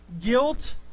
guilt